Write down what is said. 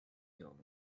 field